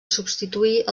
substituir